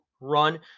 run